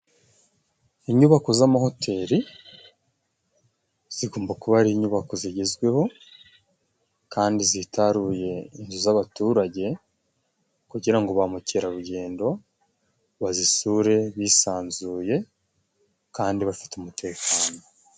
Inyubako z'amahoteli zigomba kuba ari inyubako zigezweho, kandi zitaruye inzu z'abaturage, kugira ngo ba mukerarugendo, bazisure bisanzuye kandi bafite umutekano.